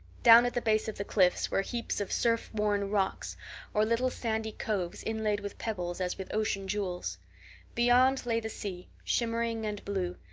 down at the base of the cliffs were heaps of surf-worn rocks or little sandy coves inlaid with pebbles as with ocean jewels beyond lay the sea, shimmering and blue,